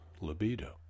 libido